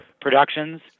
productions